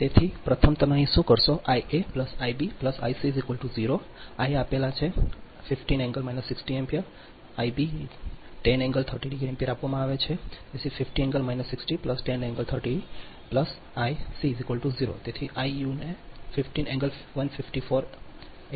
તેથી પ્રથમ તમે અહીં શું કરી શકશો Ia Ib I 0 Ia આપેલા બરાબર છે 15 60 ° એમ્પીયર I તેથી 10 30 ° એમ્પીયર આપવામાં આવે છે 15 60 ° 10 30 ° I 0 તેથી આઈયુને 18 154 ° એમ્પીયર મળશે